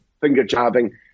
finger-jabbing